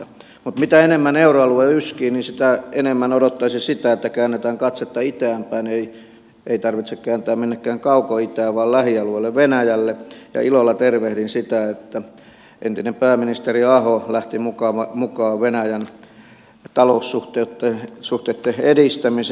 mitä enemmän euroalue yskii sitä enemmän odottaisin sitä että käännetään katsetta itään päin ei tarvitse kääntää minnekään kaukoitään vaan lähialueelle venäjälle ja ilolla tervehdin sitä että entinen pääministeri aho lähti mukaan venäjän taloussuhteitten edistämiseen